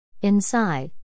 Inside